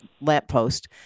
lamppost